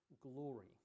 glory